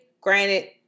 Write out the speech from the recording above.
granted